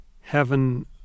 heaven